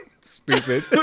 Stupid